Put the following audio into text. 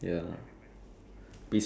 so the world will be a better place